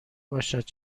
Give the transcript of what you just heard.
باشد